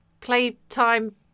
playtime